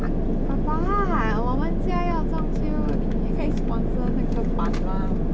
unc~ 爸爸我们家要装修你可以 sponsor 那个板吗